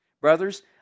brothers